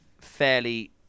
fairly